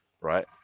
right